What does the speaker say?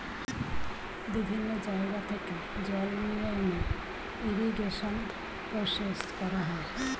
বিভিন্ন জায়গা থেকে জল নিয়ে এনে ইরিগেশন প্রসেস করা হয়